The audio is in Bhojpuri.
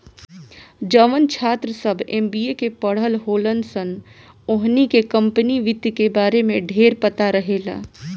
जवन छात्र सभ एम.बी.ए के पढ़ल होलन सन ओहनी के कम्पनी वित्त के बारे में ढेरपता रहेला